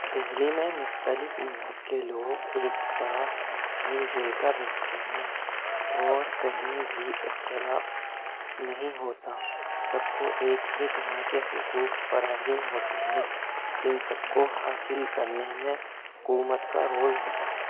دہلی میں مختلف مذہب کے لوگ ایک ساتھ مل جل کر رہتے ہیں اور کہیں بھی اختلاف نہیں ہوتا سب کو ایک ہی طرح کے حقوق فراہم ہوتے ہیں ان سب کو حاصل کرنے میں حکومت کا رول ہوتا ہے